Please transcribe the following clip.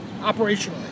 operationally